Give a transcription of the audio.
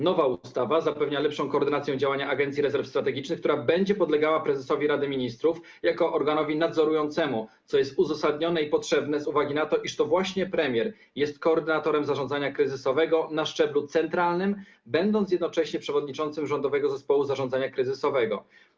Nowa ustawa zapewnia lepszą koordynację działań Rządowej Agencji Rezerw Strategicznych, która będzie podlegała prezesowi Rady Ministrów jako organowi nadzorującemu, co jest uzasadnione i potrzebne z uwagi na to, iż to właśnie premier jest koordynatorem zarządzania kryzysowego na szczeblu centralnym, będąc jednocześnie przewodniczącym Rządowego Zespołu Zarządzania Kryzysowego.